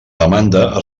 demanda